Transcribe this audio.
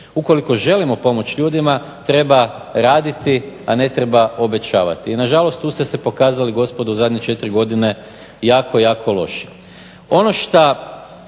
Ukoliko želimo pomoći ljudima treba raditi, a ne treba obećavati. I nažalost, tu ste se pokazali gospodo u zadnje 4 godine jako, jako loše. Ono što